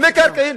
במקרקעין,